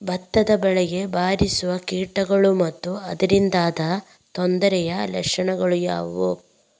ಭತ್ತದ ಬೆಳೆಗೆ ಬಾರಿಸುವ ಕೀಟಗಳು ಮತ್ತು ಅದರಿಂದಾದ ತೊಂದರೆಯ ಲಕ್ಷಣಗಳು ಯಾವುವು?